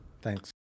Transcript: Thanks